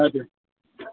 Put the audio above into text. Adil